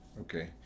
okay